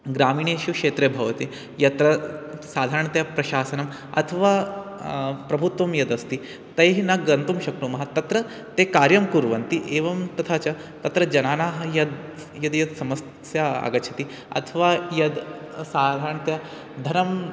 ग्रामीणेषु क्षेत्रे भवति यत्र साधारणतया प्रशासनम् अथवा प्रभुत्वं यदस्ति तैः न गन्तुं शक्नुमः तत्र ते कार्यं कुर्वन्ति एवं तथा च तत्र जनानां यद् यद् यद् समस्या आगच्छति अथवा यद् साधारणतया धनम्